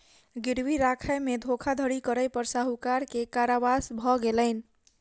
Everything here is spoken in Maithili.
गिरवी राखय में धोखाधड़ी करै पर साहूकार के कारावास भ गेलैन